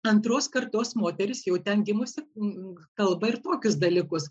antros kartos moteris jau ten gimusi kalba ir tokius dalykus